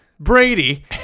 Brady